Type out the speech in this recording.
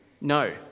No